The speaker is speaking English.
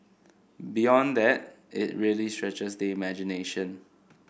beyond that it really stretches the imagination